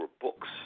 books